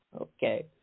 Okay